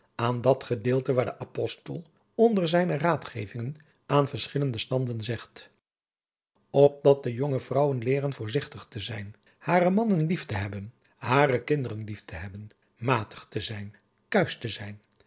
aan dat gedeelte waar de apostel onder zijne raadgevingen aan verschillende standen zegt opdat de jonge vrouwen leeren voorzigtig te zijn hare mannen lief te hebben hare kinderen lief te hebben matig te zijn kuisch te zijn